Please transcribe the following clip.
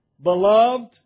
beloved